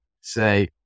say